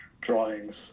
drawings